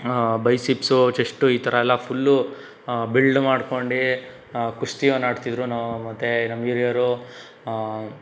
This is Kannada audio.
ಬೈ ಸಿಕ್ಸ್ ಚೆಷ್ಟ್ ಈ ಥರ ಎಲ್ಲ ಫ಼ುಲ್ ಬಿಲ್ಡ್ ಮಾಡ್ಕೊಂಡು ಕುಸ್ತಿವನ ಆಡ್ತಿದ್ರು ಮತ್ತೆ ನಮ್ಮ ಹಿರಿಯರು